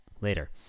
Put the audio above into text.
later